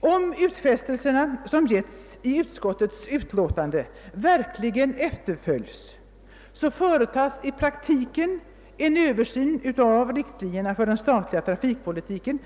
Om de utfästelser som lämnats i utskottets utlåtande verkligen förverkligas, företas i praktiken den begärda översynen av riktlinjerna för den statliga trafikpolitiken.